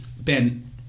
Ben